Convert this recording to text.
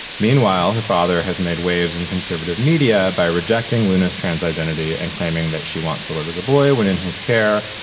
meanwhile her father has made waves in conservative media by rejecting luna's trans identity and claiming that she wants to live as a boy when in his care.